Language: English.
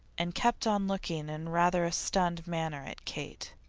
and kept on looking in rather a stunned manner at kate.